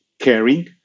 caring